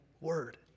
word